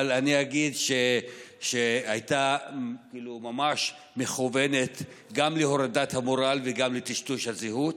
אבל אני אגיד שהיא הייתה ממש מכוונת גם להורדת המורל וגם לטשטוש הזהות.